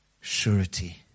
surety